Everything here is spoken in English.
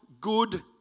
good